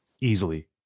Easily